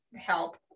help